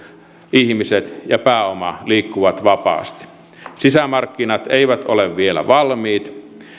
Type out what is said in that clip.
ihmiset ja pääoma liikkuvat vapaasti sisämarkkinat eivät ole vielä valmiit